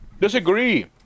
Disagree